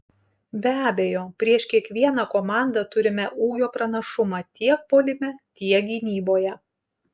be abejo prieš kiekvieną komandą turime ūgio pranašumą tiek puolime tiek gynyboje